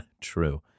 True